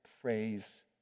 Praise